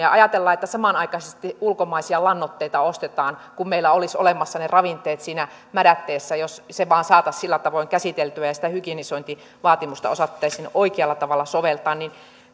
ajatellaan että samanaikaisesti ulkomaisia lannoitteita ostetaan kun meillä olisi olemassa ne ravinteet siinä mädätteessä jos se vain saataisiin sillä tavoin käsiteltyä ja sitä hygienisointivaatimusta osattaisiin oikealla tavalla soveltaa